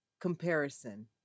Comparison